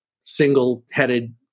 single-headed